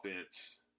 offense